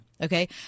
okay